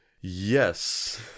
Yes